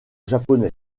japonais